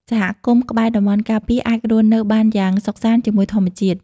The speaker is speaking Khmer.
សហគមន៍ក្បែរតំបន់ការពារ អាចរស់នៅបានយ៉ាងសុខសាន្តជាមួយធម្មជាតិ។